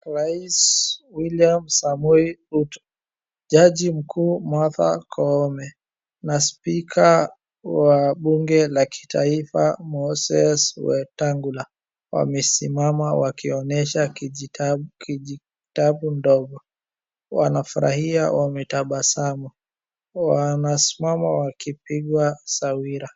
Rais William Samoei Ruto, jaji mkuu Maartha Koome na spika wa bunge la kitaifa Moses Wetangula wamesimama wakionyesha kijitabu ndogo. Wanafurahia wametabasamu. Wanasimama wakipigwa sawira.